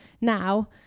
now